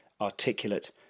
articulate